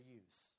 use